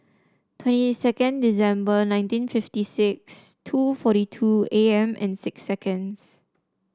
twenty second December nineteen fifty six two forty two A M and six seconds